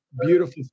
beautiful